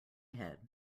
head